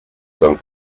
son